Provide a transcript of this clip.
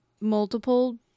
multiple